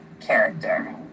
character